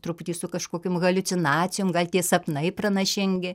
truputį su kažkokiom haliucinacijom gal tie sapnai pranašingi